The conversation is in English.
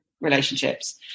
relationships